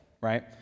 right